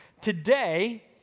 today